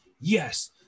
yes